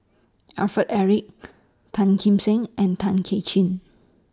Alfred Eric Tan Kim Seng and Tay Kay Chin